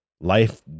life